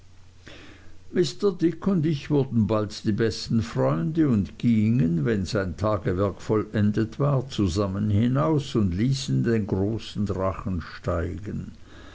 und ich wurden bald die besten freunde und gingen wenn sein tagewerk vollendet war zusammen hinaus und ließen den großen